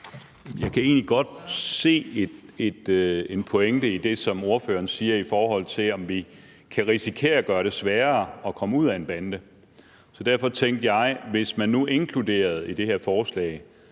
Jeg kan egentlig godt se en pointe i det, som ordføreren siger i forhold til, om vi kan risikere at gøre det sværere at komme ud af en bande. Så derfor tænkte jeg, om det, hvis det nu blev inkluderet i det her forslag,